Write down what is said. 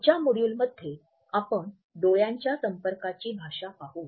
पुढच्या मॉड्यूलमध्ये आपण डोळ्यांच्या संपर्कांची भाषा पाहू